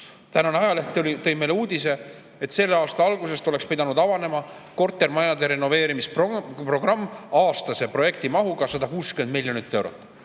Tänane ajaleht tõi meile uudise, et selle aasta algusest oleks pidanud avanema kortermajade renoveerimise programm aastase projektimahuga 160 miljonit eurot.